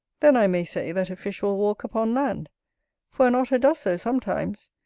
then i may say that a fish will walk upon land for an otter does so sometimes,